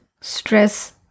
Stress